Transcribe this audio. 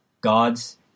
Gods